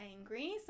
angry